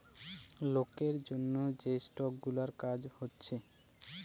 লোকের জন্যে যে স্টক গুলার কাজ হচ্ছে